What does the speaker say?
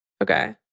Okay